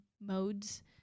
modes